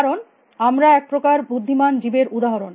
কারণ আমরা এক প্রকার বুদ্ধিমান জীবের উদাহরণ